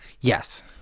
Yes